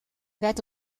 werd